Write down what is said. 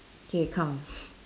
K come